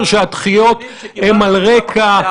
כי ראינו שגם איראן ועיראק מופיעות פה.